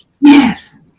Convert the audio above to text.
yes